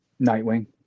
Nightwing